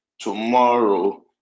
tomorrow